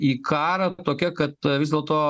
į karą tokia kad vis dėlto